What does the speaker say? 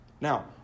Now